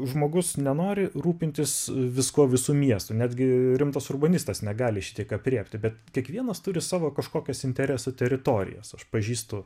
žmogus nenori rūpintis viskuo visu miestu netgi rimtas urbanistas negali šitiek aprėpti bet kiekvienas turi savo kažkokias interesų teritorijas aš pažįstu